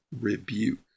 rebuke